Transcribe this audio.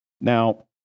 Now